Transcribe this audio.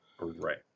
Right